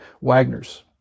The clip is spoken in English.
Wagners